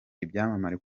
ibyamamare